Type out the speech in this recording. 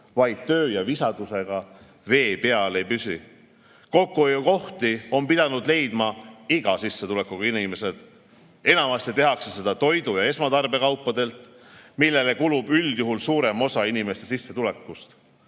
vaid töö ja visadusega vee peal ei püsi. Kokkuhoiukohti on pidanud leidma iga sissetulekuga inimesed – enamasti tehakse seda toidu- ja esmatarbekaupadelt, millele kulub üldjuhul suurem osa inimeste sissetulekutest.